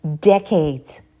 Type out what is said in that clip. decades